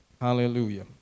Hallelujah